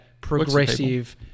progressive